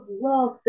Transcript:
love